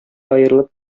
аерылып